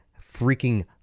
freaking